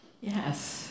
Yes